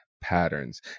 Patterns